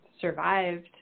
survived